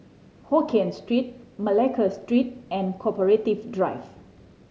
Hokien Street Malacca Street and Corporative Drive